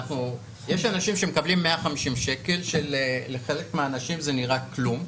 יש אנשים שמקבלים 150 שקל ולחלק מהאנשים זה נראה כלום,